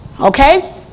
Okay